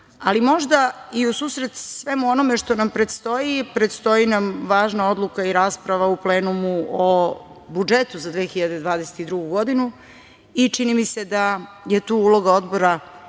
ali možda i u susret svemu onome što nam predstoji, a predstoji nam važna odluka i rasprava u plenumu o budžetu za 2022. godinu i čini mi se da je tu uloga Odbora